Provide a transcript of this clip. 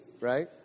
right